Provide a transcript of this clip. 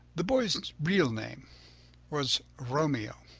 the boy's real name was romeo,